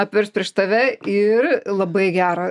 apvers prieš tave ir labai gerą